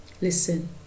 Listen